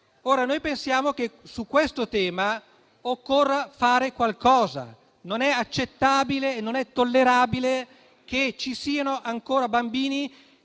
Ora noi pensiamo che su questo tema occorra fare qualcosa. Non è accettabile né tollerabile che ci siano ancora bambini